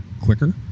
quicker